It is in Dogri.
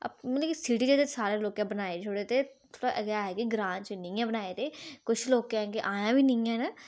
मतलब की सिटी जेह्ड़े सारें लोके बनाई छोड़े दे न एह् बी ग्राएं च निं है'न निं है'न बनाए दे ते कुछ लोकें दे आये बी निं है'न